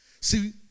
See